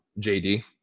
JD